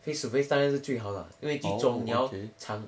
face to face 当然是最好啦因为这种你要长